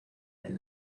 del